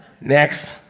Next